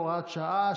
הוראת שעה),